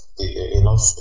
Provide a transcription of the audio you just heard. enough